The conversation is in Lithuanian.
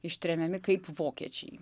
ištremiami kaip vokiečiai